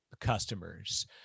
customers